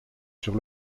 sur